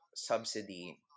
Subsidy